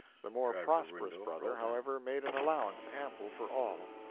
the more prosperous brother, however, made an allowance ample for all.